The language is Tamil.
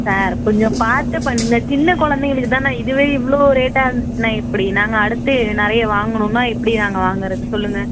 சார் கொஞ்சம் பார்த்து பண்ணுங்கள் சின்ன குழந்தைங்களுக்கு தான் இதுவே இவ்வளோ ரேட்டாருந்துச்சுனால் எப்படி நாங்கள் அடுத்து நிறைய வாங்கணுன்னால் எப்படி நாங்கள் வாங்குகிறது சொல்லுங்கள்